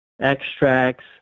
extracts